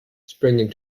springing